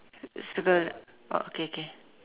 circle oh K K